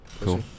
cool